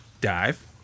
Dive